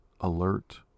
alert